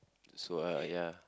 so uh ya